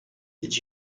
did